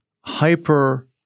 hyper